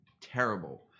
terrible